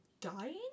dying